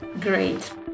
Great